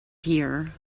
here